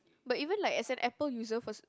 but even like as an Apple user for